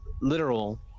literal